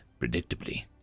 predictably